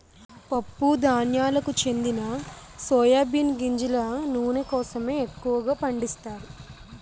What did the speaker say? పప్పు ధాన్యాలకు చెందిన సోయా బీన్ గింజల నూనె కోసమే ఎక్కువగా పండిస్తారు